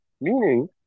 Meaning